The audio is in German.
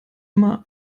immer